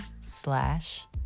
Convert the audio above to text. slash